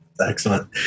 Excellent